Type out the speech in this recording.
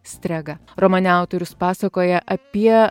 strega romane autorius pasakoja apie